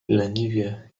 leniwie